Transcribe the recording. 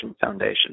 foundation